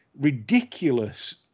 ridiculous